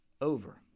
over